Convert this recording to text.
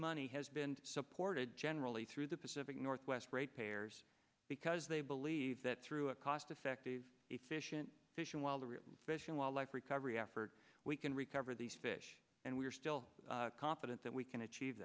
money has been supported generally through the pacific northwest ratepayers because they believe that through a cost effective efficient fishing while the real fish and wildlife recovery effort we can recover these fish and we are still confident that we can achieve